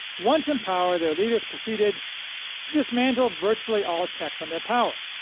once in power, their leaders proceeded to dismantle virtually all checks on their power,